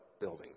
building